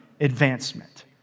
advancement